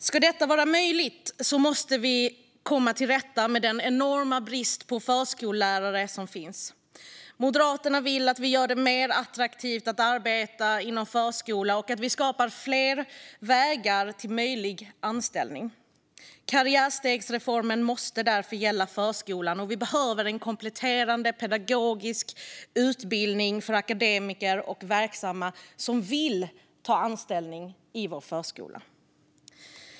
Ska detta vara möjligt måste vi komma till rätta med den enorma brist på förskollärare som finns. Moderaterna vill att vi gör det mer attraktivt att arbeta inom förskola och att vi skapar fler vägar till möjlig anställning. Karriärstegsreformen måste därför gälla även förskolan, och vi behöver en kompletterande pedagogisk utbildning för akademiker och arbetsverksamma som vill ta anställning i vår förskola.